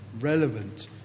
Relevant